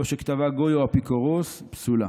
או שכתבה גוי, או אפיקורוס, פסולה."